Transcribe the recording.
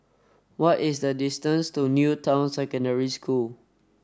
what is the distance to New Town Secondary School